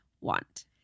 want